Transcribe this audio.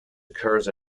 occurs